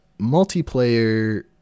multiplayer